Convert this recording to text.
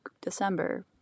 December